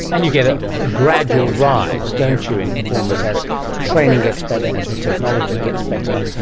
and you get a ah gradual rise don't you in performance as training gets better, as the technology gets better.